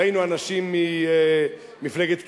ראינו אנשים ממפלגת קדימה,